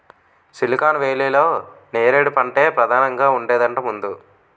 silicon వేలీలో నేరేడు పంటే పదానంగా ఉండేదట ముందు